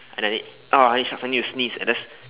and I need oh I need to sh~ I need to sneeze I just